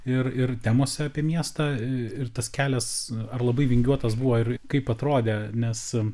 ir ir temose apie miestą ir tas kelias ar labai vingiuotas buvo ir kaip atrodė nes